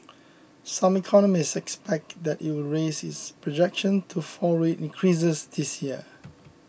some economists expect that it will raise its projection to four rate increases this year